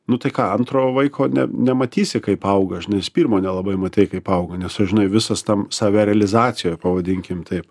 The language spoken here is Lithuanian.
nu tai ką antrojo vaiko nematysi kaip auga žinai su pirmu nelabai matei kaip augo nes aš žinai visas ten save realizacijoj pavadinkim taip